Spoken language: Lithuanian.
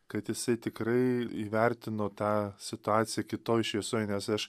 kad jisai tikrai įvertino tą situaciją kitoj šviesoj nes aš